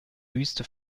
wüste